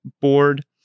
board